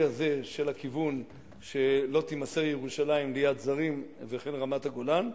הזה של הכיוון שלא תימסר ירושלים ליד זרים וכן רמת-הגולן,